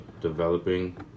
developing